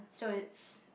so it's